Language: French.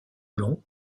long